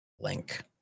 link